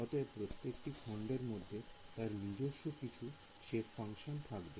অতএব প্রত্যেকটি খন্ডের মধ্যে তার নিজস্ব কিছু সেপ ফাংশন থাকবে